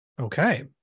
Okay